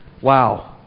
Wow